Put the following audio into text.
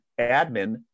admin